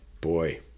boy